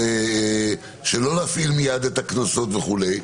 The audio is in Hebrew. שלא להפעיל מיד את הקנסות וכו'.